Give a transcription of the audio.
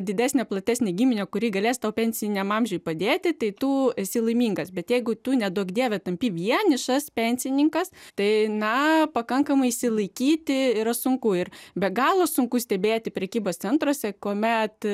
didesnę platesnę giminę kuri galės tau pensiniam amžiui padėti tai tu esi laimingas bet jeigu tu neduok dieve tampi vienišas pensininkas tai na pakankamai išsilaikyti yra sunku ir be galo sunku stebėti prekybos centruose kuomet